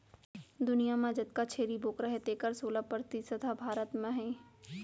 दुनियां म जतका छेरी बोकरा हें तेकर सोला परतिसत ह भारत म हे